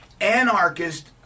anarchist